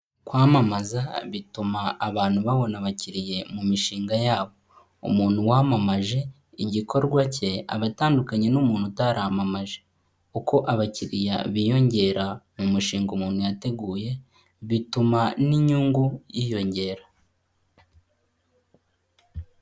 Kwamamaza bituma abantu babona abakiriya mu mishinga yabo, umuntu wamamaje igikorwa cye aba atandukanye n'umuntu utaramamaje. Uko abakiriya biyongera mu mushinga umuntu yateguye bituma n'inyungu yiyongera.